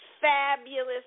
fabulous